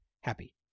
happy